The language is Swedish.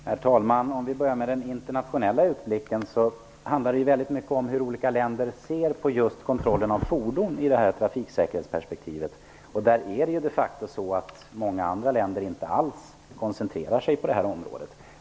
Herr talman! Om vi börjar med den internationella utblicken, handlar det mycket om hur olika länder ser just på kontrollen av fordon i trafiksäkerhetsperspektivet. Där är det de facto så att många länder inte alls koncentrerar sig på detta område.